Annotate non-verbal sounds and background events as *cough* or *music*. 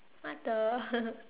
what the *laughs*